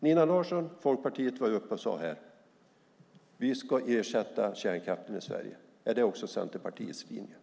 Nina Larsson från Folkpartiet sade att vi ska ersätta kärnkraften i Sverige. Är det även Centerpartiets linje?